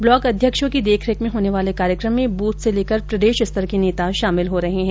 block अध्यक्षों की देखरेख में होने वाले कार्यक्रम में ब्रथ से लेकर प्रदेश स्तर के नेता शामिल हो रहे है